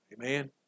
Amen